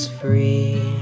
free